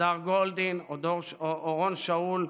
הדר גולדין, אורון שאול,